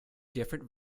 different